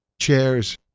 chairs